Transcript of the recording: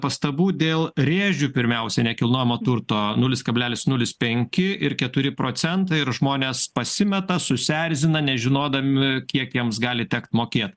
pastabų dėl rėžių pirmiausia nekilnojamo turto nulis kablelis nulis penki ir keturi procentai ir žmonės pasimeta susierzina nežinodami kiek jiems gali tekt mokėt